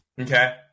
Okay